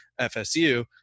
FSU